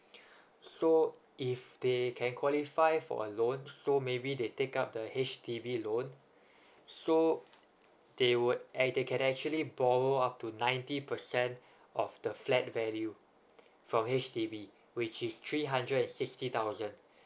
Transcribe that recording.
so if they can qualify for a loan so maybe they take up the H_D_B loan so they will and they can actually borrow up to ninety percent of the flat value from H_D_B which is three hundred and sixty thousand